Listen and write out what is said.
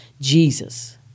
Jesus